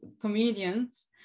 comedians